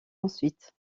ensuite